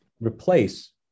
replace